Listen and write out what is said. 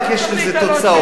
יש לזה תוצאות.